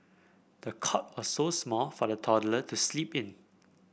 the cot was so small for the toddler to sleep in